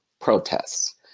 protests